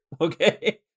okay